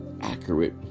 accurate